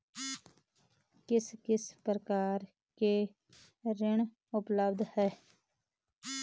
किस किस प्रकार के ऋण उपलब्ध हैं?